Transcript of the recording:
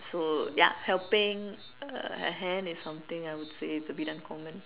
so ya helping a hand is something I would say is a bit uncommon